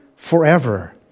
Forever